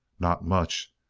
not much!